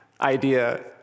idea